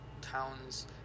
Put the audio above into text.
towns